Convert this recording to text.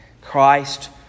Christ